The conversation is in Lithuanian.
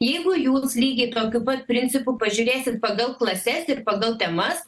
jeigu jūs lygiai tokiu pat principu pažiūrėsit pagal klases ir pagal temas